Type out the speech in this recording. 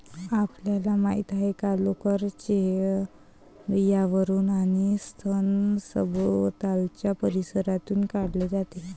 आपल्याला माहित आहे का लोकर चेहर्यावरून आणि स्तन सभोवतालच्या परिसरातून काढले जाते